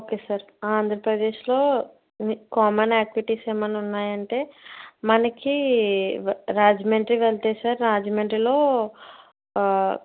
okay sir ఆంధ్రప్రదేశ్లో common activities ఏమన్నా ఉన్నాయంటే మనికీ రాజమండ్రి వెళ్తే సార్ రాజమండ్రిలో